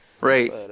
Right